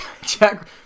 Jack